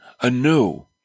anew